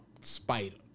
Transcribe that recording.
Spider